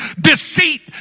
Deceit